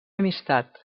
amistat